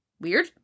Weird